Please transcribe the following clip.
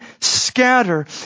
scatter